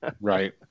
Right